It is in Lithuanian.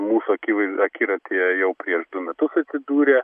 mūsų akivaiz akiratyje jau prieš du metus atsidūrė